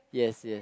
yes yes